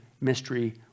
mystery